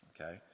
okay